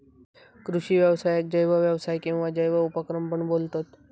कृषि व्यवसायाक जैव व्यवसाय किंवा जैव उपक्रम पण बोलतत